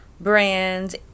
brands